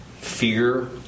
fear